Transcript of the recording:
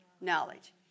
Knowledge